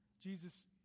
Jesus